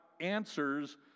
answers